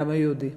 לעם היהודי,